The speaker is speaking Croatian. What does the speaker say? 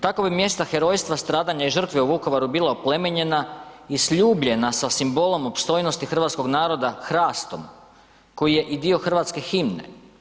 Tako bi mjesta herojstva, stradanja i žrtve u Vukovaru bila oplemenjena i sljubljena sa simbolom opstojnosti hrvatskog naroda hrastom koji je i dio hrvatske hime.